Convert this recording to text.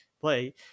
play